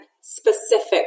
specific